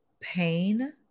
pain